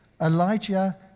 Elijah